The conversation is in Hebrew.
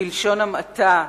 בלשון המעטה,